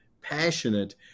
passionate